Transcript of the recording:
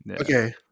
Okay